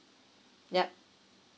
yup